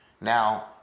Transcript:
Now